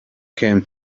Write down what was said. came